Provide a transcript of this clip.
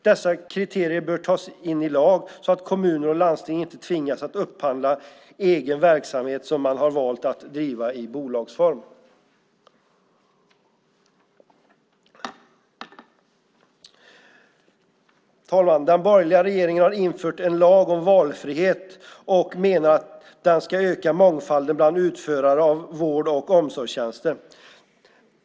Dessa kriterier bör tas in i lag, så att kommuner och landsting inte tvingas upphandla egen verksamhet som man har valt att driva i bolagsform. Herr talman! Den borgerliga regeringen har infört en lag om valfrihet och menar att den ska öka mångfalden bland utförare av vård och omsorgstjänster.